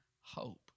hope